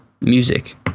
music